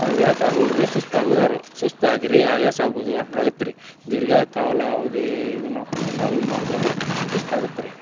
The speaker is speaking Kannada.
ಅವು ಯಾಕೆ ಆಗುಲ್ಲ ರೀ ಸುಸ್ತು ಆಗೋದೆ ರಿ ಸುಸ್ತು ಆಗ್ರಿ ಆಯಾಸ ಆಗೋದು ಹಂಗೆ ಆಗುತ್ರಿ ದೀರ್ಘಕಾಲಾವಧಿ ಇದನ್ನು ಟ್ರಾವೆಲ್ ಮಾಡಿದ್ವಿ ಅಂದ್ರೆ ಸುಸ್ತಾಗುತ್ರಿ